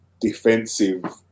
defensive